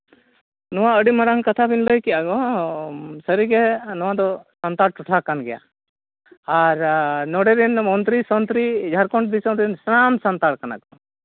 ᱱᱚᱣᱟ ᱟᱹᱰᱤ ᱢᱟᱨᱟᱝ ᱠᱟᱛᱷᱟ ᱵᱤᱱ ᱞᱟᱹᱭ ᱠᱮᱫᱼᱟ ᱜᱚ ᱥᱟᱹᱨᱤᱜᱮ ᱱᱚᱣᱟ ᱫᱚ ᱥᱟᱱᱛᱟᱲ ᱴᱚᱴᱷᱟ ᱠᱟᱱ ᱜᱮᱭᱟ ᱟᱨ ᱱᱚᱰᱮ ᱨᱮᱱ ᱢᱚᱱᱛᱨᱤ ᱥᱚᱱᱛᱨᱤ ᱡᱷᱟᱲᱠᱷᱚᱸᱰ ᱫᱤᱥᱚᱢ ᱨᱮᱱ ᱥᱟᱱᱟᱢ ᱥᱟᱱᱛᱟᱲ ᱠᱟᱱᱟ ᱠᱚ